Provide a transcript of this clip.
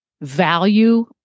value